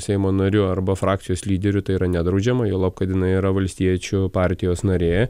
seimo nariu arba frakcijos lyderiu tai yra nedraudžiama juolab kad jinai yra valstiečių partijos narė